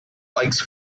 likes